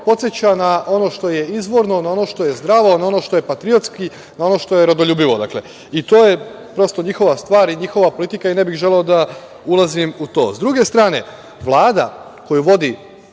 na ono što je izvorno, na ono što je zdravo, n a ono što je patriotski, na ono što je rodoljubivo. Dakle, to je, prosto, njihova stvar i njihova politika i ne bih želeo da ulazim u to.S druge strane, Vlada u kojoj